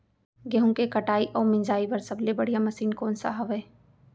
गेहूँ के कटाई अऊ मिंजाई बर सबले बढ़िया मशीन कोन सा हवये?